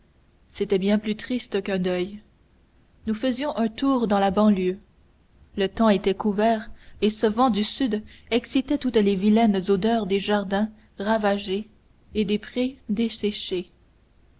c'était bien plus triste qu'un deuil nous faisions un tour dans la banlieue le temps était couvert et ce vent du sud excitait toutes les vilaines odeurs des jardins ravagés et des prés desséchés